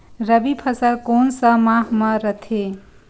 रबी फसल कोन सा माह म रथे?